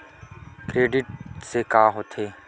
Credit से का होथे?